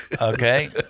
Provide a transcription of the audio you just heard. okay